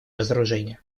разоружение